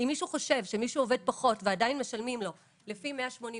אם מישהו חושב שמישהו עובד פחות ועדיין משלמים לו לפי 182,